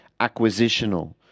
acquisitional